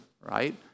right